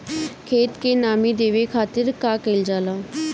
खेत के नामी देवे खातिर का कइल जाला?